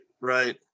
right